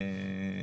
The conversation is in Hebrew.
בחשבון.